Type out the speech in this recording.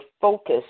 focus